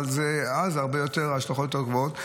אבל אז ההשלכות גדולות יותר.